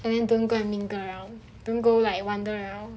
and then don't go and mingle around don't go and wonder around